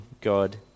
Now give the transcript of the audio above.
God